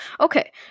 Okay